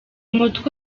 mutwe